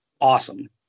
awesome